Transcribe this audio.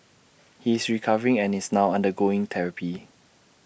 he is recovering and is now undergoing therapy